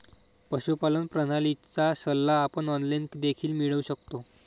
पशुपालन प्रणालीचा सल्ला आपण ऑनलाइन देखील मिळवू शकतो